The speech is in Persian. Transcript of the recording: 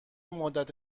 مدت